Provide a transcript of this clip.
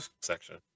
section